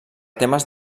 temes